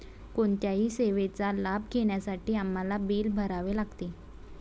कोणत्याही सेवेचा लाभ घेण्यासाठी आम्हाला बिल भरावे लागते